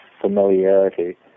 familiarity